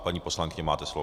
Paní poslankyně, máte slovo.